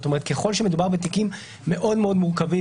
ככל שמדובר בתיקים מאוד מאוד מורכבים,